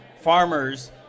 farmers